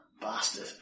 Bastard